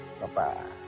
Bye-bye